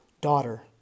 daughter